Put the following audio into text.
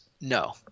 No